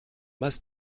mas